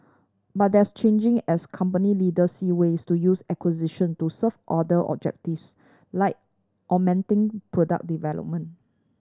but that's changing as company leaders see ways to use acquisitions to serve other objectives like augmenting product development